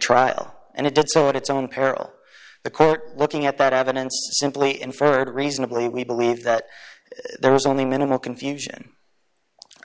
trial and it did so at its own peril the court looking at that evidence simply inferred reasonably we believe that there was only minimal confusion